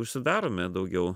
užsidarome daugiau